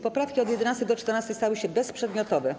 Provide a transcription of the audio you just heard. Poprawki od 11. do 14. stały się bezprzedmiotowe.